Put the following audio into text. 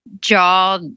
jaw